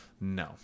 No